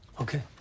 Okay